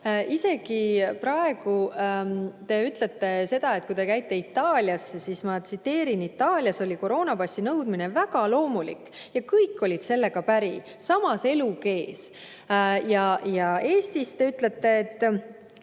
öö ja päev. Te ütlesite seda, et kui te käisite Itaalias, siis, ma tsiteerin: "Itaalias oli koroonapassi nõudmine väga loomulik ja kõik olid sellega päri, samas elu kees." Ja Eestis te ütlete: